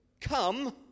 Come